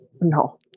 No